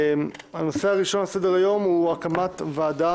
הנושא הראשון על הסדר-היום הוא: הקמת הוועדה